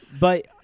But-